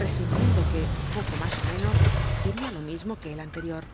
presintiendo que poco más ó menos diría lo mismo que el anterior